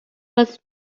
was